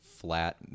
flat